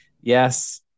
Yes